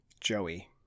Joey